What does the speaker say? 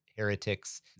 heretics